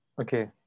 Okay